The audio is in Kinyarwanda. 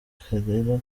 karera